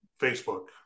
Facebook